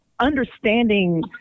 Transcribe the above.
Understanding